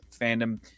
fandom